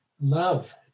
love